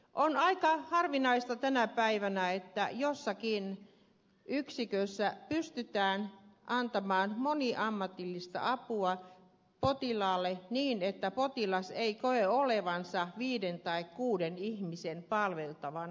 on aika harvinaista tänä päivänä että jossakin yksikössä pystytään antamaan moniammatillista apua potilaalle niin että potilas ei koe olevansa viiden tai kuuden ihmisen palveltavana